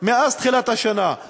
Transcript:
מאז תחילת השנה.